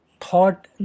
thought